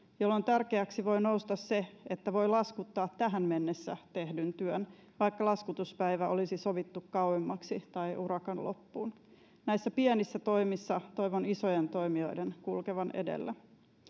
jolloin tärkeäksi voi nousta se että voi laskuttaa tähän mennessä tehdyn työn vaikka laskutuspäivä olisi sovittu kauemmaksi tai urakan loppuun näissä pienissä toimissa toivon isojen toimijoiden kulkevan edellä